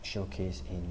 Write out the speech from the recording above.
showcased in